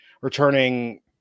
returning